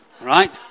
Right